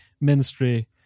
ministry